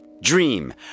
Dream